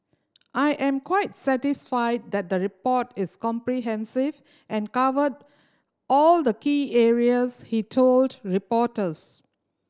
I am quite satisfied that the report is comprehensive and covered all the key areas he told reporters